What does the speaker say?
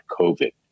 COVID